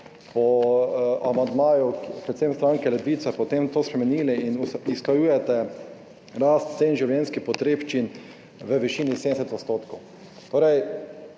po amandmaju predvsem stranke Levica potem to spremenili in usklajujete rast cen življenjskih potrebščin v višini 70